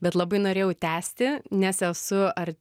bet labai norėjau tęsti nes esu ar